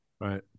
Right